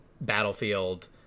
Battlefield